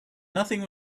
nothing